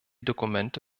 dokumente